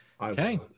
Okay